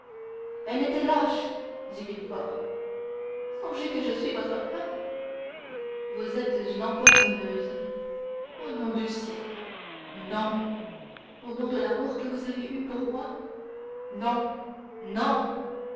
elle est lâche dit villefort songez que je suis votre femme vous êtes une empoisonneuse au nom du ciel non au nom de l'amour que vous avez eu pour moi non non